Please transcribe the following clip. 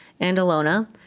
Andalona